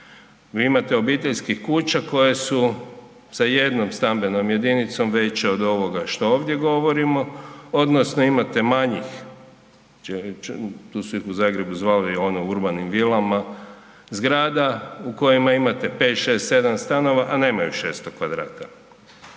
Vi imate obiteljskih kuća koje su sa 1 stambenog jedinicom veće od ovoga šta ovdje govorimo odnosno imate manjih tu su ih u Zagrebu zvali ono urbanim vilama, zgrada u kojima imate 5, 6, 7 stanova, a nemaju 600 m2. Zatim